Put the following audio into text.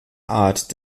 art